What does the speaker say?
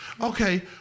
Okay